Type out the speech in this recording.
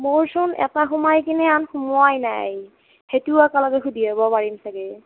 মোৰচোন এটা সোমাই কিনি আৰু সোমোৱাই নাই সেইটো একেলগে সুধি আহিব পাৰিম চাগে